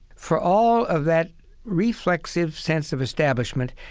for all of that reflexive sense of establishment,